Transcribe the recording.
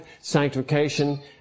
sanctification